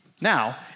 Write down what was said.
Now